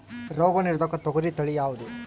ರೋಗ ನಿರೋಧಕ ತೊಗರಿ ತಳಿ ಯಾವುದು?